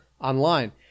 online